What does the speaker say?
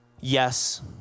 Yes